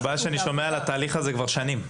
הבעיה שאני שומע על התהליך הזה כבר שנים.